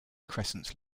crescent